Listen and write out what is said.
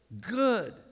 good